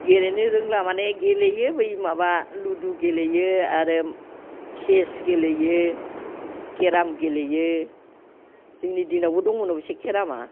गेलेनो रोंला माने गेलेयो बै माबा लुदु गेलेयो आरो चेस गेलेयो केराम गेलेयो जोंनि दिनावबो दङमोन अबयसे केरामा